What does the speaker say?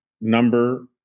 number